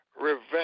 revenge